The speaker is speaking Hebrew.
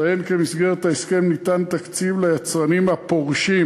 אציין כי במסגרת ההסכם ניתן תקציב ליצרנים הפורשים,